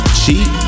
cheap